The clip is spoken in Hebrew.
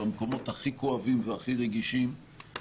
במקומות הכי כאובים והכי רגישים.